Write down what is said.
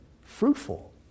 fruitful